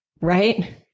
right